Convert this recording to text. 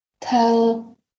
tell